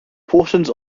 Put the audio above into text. portions